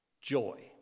Joy